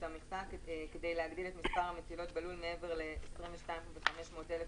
המכסה כדי להגדיל את מספר המטילות בלול מעבר ל-22,500 מטילות,